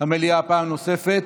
המליאה פעם נוספת,